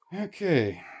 Okay